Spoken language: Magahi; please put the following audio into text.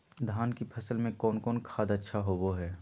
धान की फ़सल में कौन कौन खाद अच्छा होबो हाय?